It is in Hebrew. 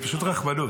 זה פשוט רחמנות.